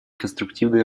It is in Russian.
конструктивной